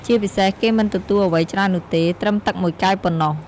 ជាពិសេសគេមិនទទួលអ្វីច្រើននោះទេ ត្រឹមទឹក១កែវប៉ុណ្ណោះ។